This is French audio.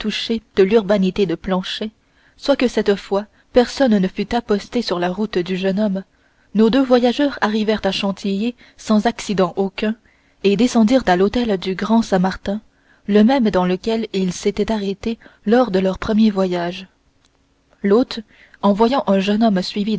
de l'urbanité de planchet soit que cette fois personne ne fût aposté sur la route du jeune homme nos deux voyageurs arrivèrent à chantilly sans accident aucun et descendirent à l'hôtel du grand saint martin le même dans lequel ils s'étaient arrêtés lors de leur premier voyage l'hôte en voyant un jeune homme suivi